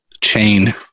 chain